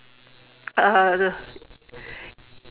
uhh